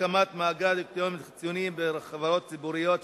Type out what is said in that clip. הקמת מאגר דירקטורים חיצוניים בחברות ציבוריות),